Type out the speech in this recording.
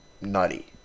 nutty